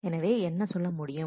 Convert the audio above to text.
எனவே என்ன சொல்ல முடியும்